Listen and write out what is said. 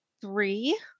three